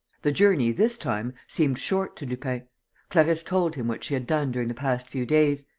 the journey, this time, seemed short to lupin. clarisse told him what she had done during the past few days.